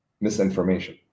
misinformation